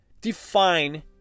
Define